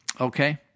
okay